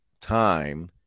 time